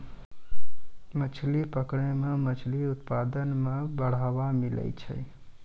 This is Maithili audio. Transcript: मछली पकड़ै मे मछली उत्पादन मे बड़ावा मिलै छै